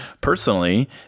personally